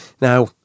Now